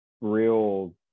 real